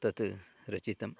तत् रचितं